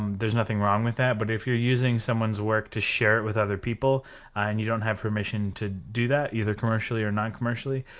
um there's nothing wrong with that, but if you're using someone's work to share it with other people and you don't have permission to do that either commercially or not commercially,